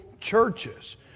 churches